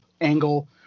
angle